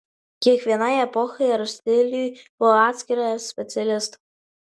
kiekvienai epochai ar stiliui po atskirą specialistą